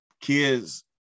kids